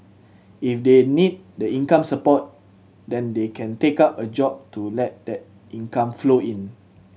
if they need the income support then they can take up a job to let that income flow in